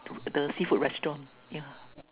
the seafood restaurant yeah